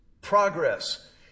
Progress